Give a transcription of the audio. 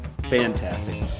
fantastic